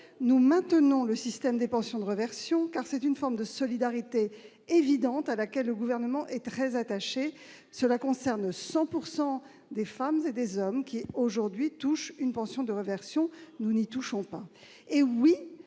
nous maintenons le système des pensions de réversion, car c'est une forme de solidarité évidente à laquelle le Gouvernement est très attaché. Pour 100 % des femmes et des hommes qui, aujourd'hui, touchent une pension de réversion, nous n'y touchons pas. Et oui,